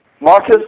Marcus